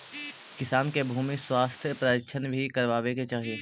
किसान के भूमि स्वास्थ्य परीक्षण भी करवावे के चाहि